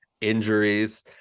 injuries